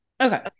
Okay